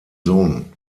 sohn